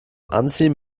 anziehen